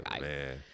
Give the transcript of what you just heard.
man